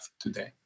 today